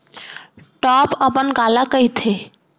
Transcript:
Top अपन काला कहिथे?